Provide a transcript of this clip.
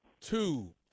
Two